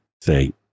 say